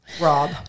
Rob